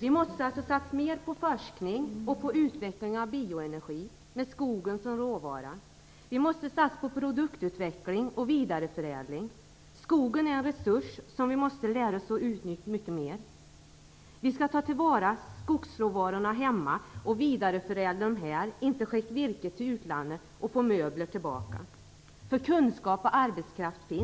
Vi måste alltså satsa mer på forskning om och utveckling av bioenergi med skogen som råvara. Vi måste satsa på produktutveckling och vidareförädling. Skogen är en resurs som vi måste lära oss att utnyttja mycket mera. Vi skall ta till vara skogsråvarorna hemma och vidareförädla dem här, inte skicka virket till utlandet och sedan få tillbaka möbler och annat. För det finns kunskap och arbetskraft.